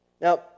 Now